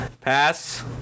Pass